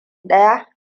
ɗaya